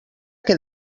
que